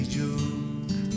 joke